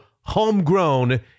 Homegrown